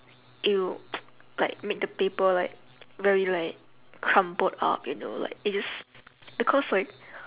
it will like make the paper like very like crumpled up you like it's because like